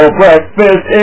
breakfast